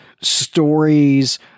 stories